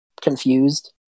confused